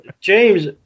James